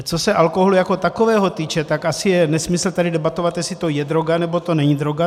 Co se alkoholu jako takového týče, tak asi je nesmysl tady debatovat, jestli to je droga, nebo to není droga.